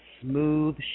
smooth